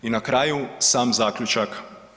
I na kraju sam zaključak.